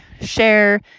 share